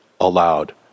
allowed